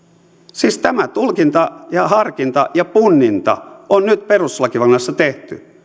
siis tämä tulkinta ja harkinta ja punninta on nyt perustuslakivaliokunnassa tehty